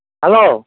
hello